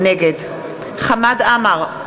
נגד חמד עמאר,